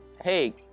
hey